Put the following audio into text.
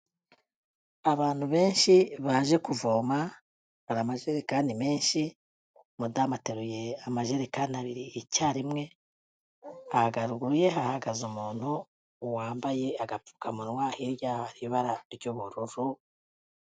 Abantu benshi baje kuvoma, hari amajerekani menshi, madamu ateruye amajerekani abiri icyarimwe. Haruguru ye hagaze umuntu wambaye agapfukamunwa, hirya hari ibara ry'ubururu.